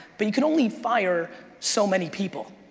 but you can only fire so many people.